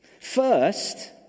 First